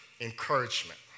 encouragement